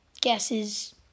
guesses